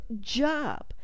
job